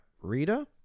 Rita